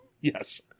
Yes